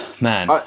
Man